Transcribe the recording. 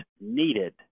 needed